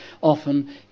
often